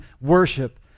worship